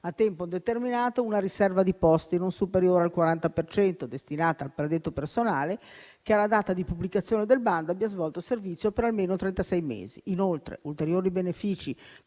a tempo determinato, una riserva di posti in misura non superiore al 40 per cento, destinata al predetto personale che, alla data di pubblicazione del bando, abbia svolto il servizio per almeno trentasei mesi. Inoltre, ulteriori benefici